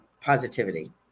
positivity